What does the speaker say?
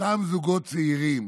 אותם זוגות צעירים